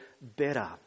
better